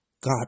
God